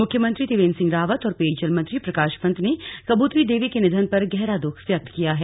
मुख्यमंत्री त्रिवेंद्र सिंह रावत और पेयजल मंत्री प्रकाश पन्त ने कबूतरी देवी के निधन पर गहरा दुःख व्यक्त किया है